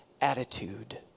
attitude